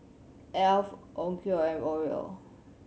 Alf Onkyo and Oreo